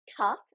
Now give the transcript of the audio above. tough